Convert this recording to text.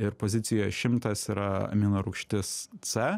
ir pozicijoje šimtas yra aminorūgštis c